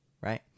right